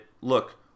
look